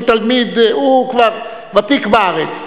הוא כבר ותיק בארץ.